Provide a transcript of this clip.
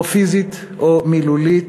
או פיזית או מילולית,